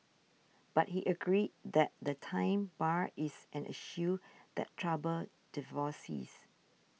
but he agreed that the time bar is an issue that troubles divorcees